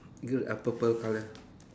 good uh purple color